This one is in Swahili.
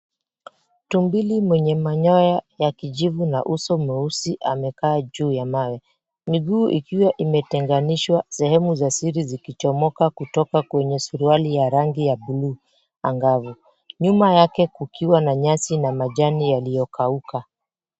Tumbili mwenye manyoya ya kijivu na uso mweusi amekaa juu ya mawe miguu ikiwa imetenganishwa sehemu za siri zikichomoka kutoka kwenye suruali ya rangi ya buluu angavu. Nyuma yake kukiwa na nyasi na majani yaliyokauka.